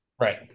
right